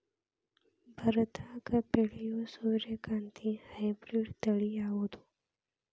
ಬರದಾಗ ಬೆಳೆಯೋ ಸೂರ್ಯಕಾಂತಿ ಹೈಬ್ರಿಡ್ ತಳಿ ಯಾವುದು?